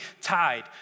tied